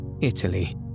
Italy